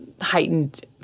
heightened